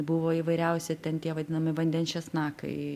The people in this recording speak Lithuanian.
buvo įvairiausi ten tie vadinami vandens česnakai